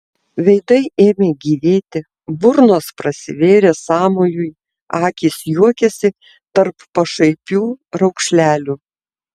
veidai ėmė gyvėti burnos prasivėrė sąmojui akys juokėsi tarp pašaipių raukšlelių